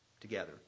together